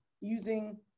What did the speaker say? using